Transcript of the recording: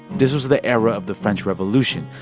this was the era of the french revolution,